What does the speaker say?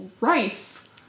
rife